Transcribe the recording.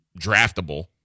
draftable